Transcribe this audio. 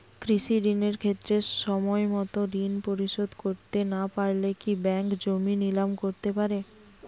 কৃষিঋণের ক্ষেত্রে সময়মত ঋণ পরিশোধ করতে না পারলে কি ব্যাঙ্ক জমি নিলাম করতে পারে?